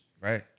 Right